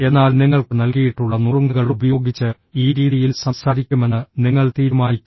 എന്നാൽ നിങ്ങൾക്ക് നൽകിയിട്ടുള്ള നുറുങ്ങുകൾ ഉപയോഗിച്ച് ഈ രീതിയിൽ സംസാരിക്കുമെന്ന് നിങ്ങൾ തീരുമാനിക്കുന്നു